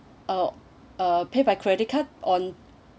oh uh pay by credit card on